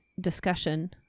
discussion